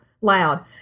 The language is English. loud